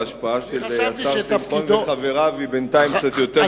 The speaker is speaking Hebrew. ההשפעה של השר שמחון וחבריו היא בינתיים קצת יותר גדולה משלנו,